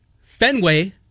Fenway